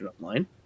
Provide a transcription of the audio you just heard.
online